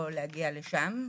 או להגיע לשם.